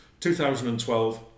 2012